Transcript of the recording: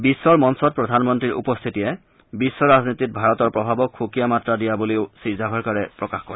বিশ্বৰ মঞ্চত প্ৰধানমন্ত্ৰীৰ উপস্থিতিয়ে বিশ্ব ৰাজনীতিত ভাৰতৰ প্ৰভাৱক সুকীয়া মাত্ৰা দিয়া বুলিও শ্ৰীজাভাৰেকাড়ে প্ৰকাশ কৰে